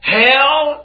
hell